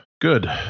Good